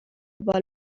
بال